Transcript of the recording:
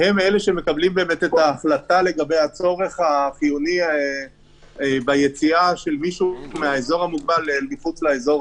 הם אלה שמקבלים את ההחלטה לגבי הצורך החיוני ביציאה של מישהו מחוץ לאזור